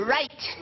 Right